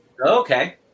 Okay